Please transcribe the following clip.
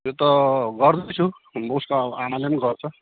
त्यो त गर्दैछु उसको आमाले पनि गर्छ